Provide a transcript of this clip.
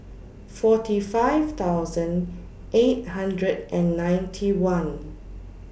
forty five thousand eight hundred and ninety one